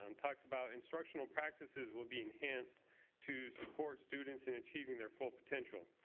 and talks about instruction alpractices will be enhanced to support students in achieving their full potential.